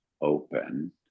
open